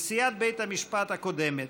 נשיא המדינה,